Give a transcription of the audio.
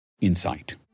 insight